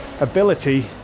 ability